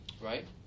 Right